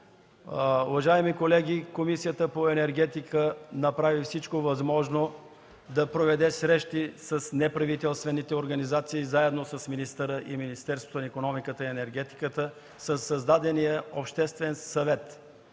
Уважаеми колеги, Комисията по енергетика направи всичко възможно да проведе срещи с неправителствени организации, заедно с министъра, с Министерството на икономиката и енергетиката, със създадения Обществен съвет.